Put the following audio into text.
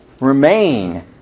remain